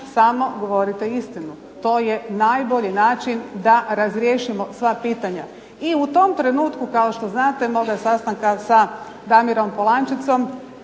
samo govorite istinu, to je najbolji način da razriješimo sva pitanja. I u tom trenutku, kao što znate, moga sastanka sa Damirom Polančecom